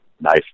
nice